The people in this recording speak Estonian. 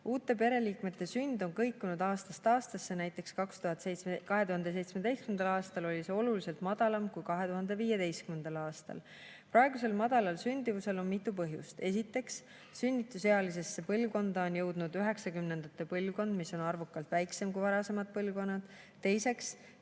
Uute pereliikmete sünd on kõikunud aastast aastasse, näiteks 2017. aastal oli see arv oluliselt madalam kui 2015. aastal. Praegusel madalal sündimusel on mitu põhjust. Esiteks, sünnitus[ikka] on jõudnud 1990-ndate põlvkond, mis on arvult väiksem kui varasemad põlvkonnad. Teiseks